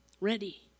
ready